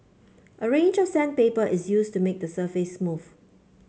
a range of sandpaper is used to make the surface smooth